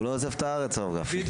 הוא לא עוזב את הארץ, הרב גפני.